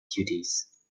duties